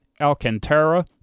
Alcantara